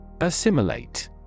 Assimilate